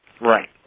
Right